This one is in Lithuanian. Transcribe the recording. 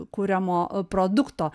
kuriamo produkto